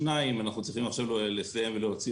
שניים אנחנו צריכים עכשיו לסיים ולהוציא